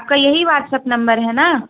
آپ کا یہی واٹس ایپ نمبر ہے نا